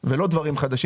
ולא דברים חדשים.